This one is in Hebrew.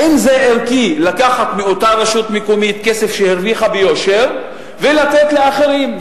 האם זה ערכי לקחת מאותה רשות מקומית כסף שהרוויחה ביושר ולתת לאחרים?